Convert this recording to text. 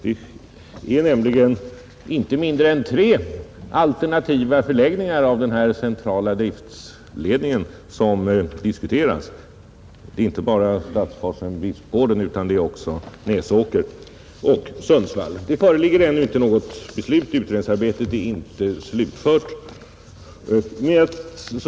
Det är nämligen inte mindre än tre alternativa förläggningar av denna centrala driftsfunktion som har diskuterats, nämligen Stadsforsen —Bispgården, Näsåker och Sundsvall. Det föreligger inte ännu något beslut. Utredningsarbetet är inte slutfört.